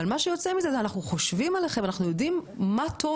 אבל מה שיוצא מזה זה אנחנו יודעים מה טוב